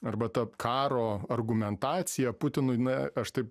arba ta karo argumentacija putinui na aš taip